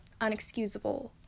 unexcusable